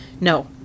No